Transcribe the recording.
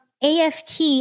aft